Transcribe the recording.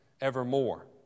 evermore